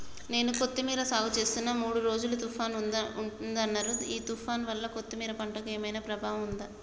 నేను కొత్తిమీర సాగుచేస్తున్న మూడు రోజులు తుఫాన్ ఉందన్నరు ఈ తుఫాన్ వల్ల కొత్తిమీర పంటకు ఏమైనా ప్రమాదం ఉందా?